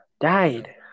died